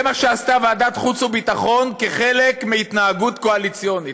זה מה שעשתה ועדת חוץ וביטחון כחלק מהתנהגות קואליציונית.